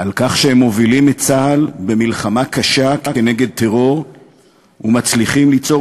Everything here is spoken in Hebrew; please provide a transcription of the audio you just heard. על כך שהם מובילים את צה"ל במלחמה קשה נגד טרור ומצליחים ליצור